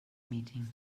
meeting